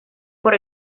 por